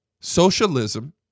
socialism